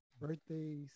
birthdays